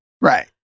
Right